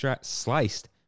sliced